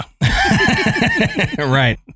Right